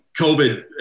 COVID